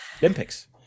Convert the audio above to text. Olympics